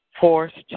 forced